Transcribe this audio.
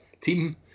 team